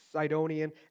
Sidonian